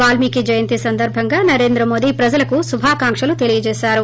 వాల్మీ కి జయంతి సందర్భంగా నరేంద్రమోదీ ప్రజలకు శుభాకాంక్షలు తెలిపారు